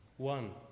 One